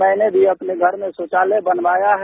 मैंने भी अपने घर में शौचालय बनवाया है